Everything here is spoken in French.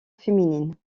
féminine